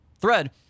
thread